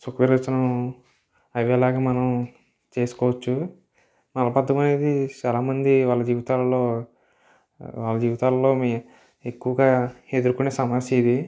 సుఖ విరోచనం అయ్యేలాగా మనం చేసుకోవచ్చు మల బద్ధకం అనేది చాలా మంది వాళ్ళ జీవితాలలో వాళ్ళ జీవితాలలో మీ ఎక్కువగా ఎదురుకునే సమస్య ఇది